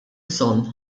bżonn